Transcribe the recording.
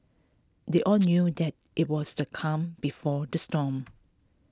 they all knew that IT was the calm before the storm